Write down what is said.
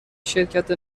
شرکت